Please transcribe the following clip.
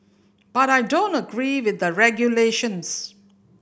but I don't agree with the regulations